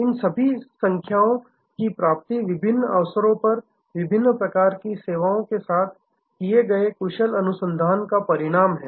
इन सभी संख्याओं की प्राप्ति विभिन्न अवसरों पर विभिन्न प्रकार की सेवाओं के साथ किए गए कुशल अनुसंधान का परिणाम है